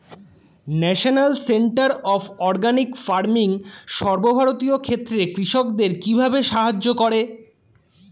National Centre of Organic Farming সর্বভারতীয় ক্ষেত্রে কৃষকদের কিভাবে সাহায্য করে?